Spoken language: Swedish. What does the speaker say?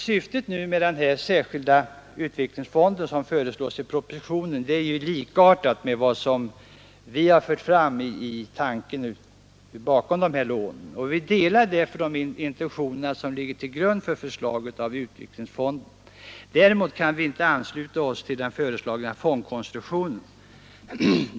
Syftet med den särskilda utvecklingsfond som föreslås i propositionen är ju snarlikt tanken bakom vårt förslag om utvecklingslån, och vi delar därför intentionerna bakom förslaget om utvecklingsfond. Däremot kan vi inte ansluta oss till den föreslagna fondkonstruktionen.